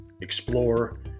explore